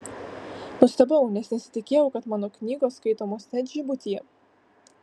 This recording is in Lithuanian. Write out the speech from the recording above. nustebau nes nesitikėjau kad mano knygos skaitomos net džibutyje